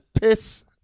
piss